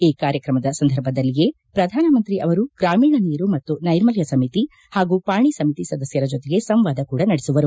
ಈ ಕಾರ್ಯಕ್ರಮದ ಸಂದರ್ಭದಲ್ಲಿಯೇ ಪ್ರಧಾನಮಂತ್ರಿ ಅವರು ಗ್ರಾಮೀಣ ನೀರು ಮತ್ತು ನೈರ್ಮಲ್ಡ ಸಮಿತಿ ಹಾಗೂ ಪಾಣಿ ಸಮಿತಿ ಸದಸ್ದರ ಜೊತೆಗೆ ಸಂವಾದ ಕೂಡ ನಡೆಸುವರು